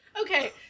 Okay